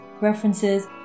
references